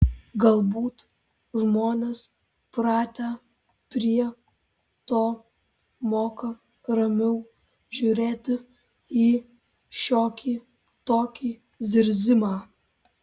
galbūt žmonės pratę prie to moka ramiau žiūrėti į šiokį tokį zirzimą